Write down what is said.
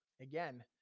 again